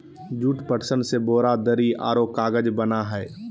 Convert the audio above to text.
jute, पटसन से बोरा, दरी औरो कागज बना हइ